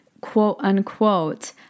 quote-unquote